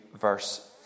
verse